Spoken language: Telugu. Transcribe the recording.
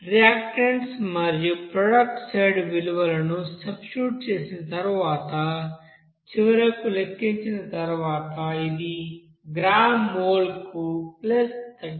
రియాక్టన్స్ మరియు ప్రొడక్ట్స్ సైడ్ విలువలను సబ్స్టిట్యూట్ చేసిన తరువాత చివరకు లెక్కించిన తరువాత ఇది గ్రాము మోల్కు 35